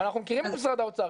אבל אנחנו מכירים את משרד האוצר,